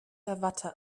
watte